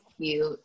cute